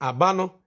Abano